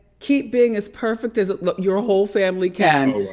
keep being as perfect as your whole family can.